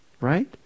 Right